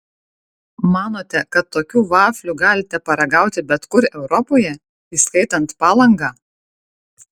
manote kad tokių vaflių galite paragauti bet kur europoje įskaitant palangą